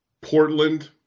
Portland